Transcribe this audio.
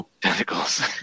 Tentacles